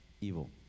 evil